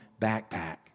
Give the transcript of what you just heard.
backpack